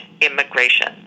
immigration